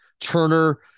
Turner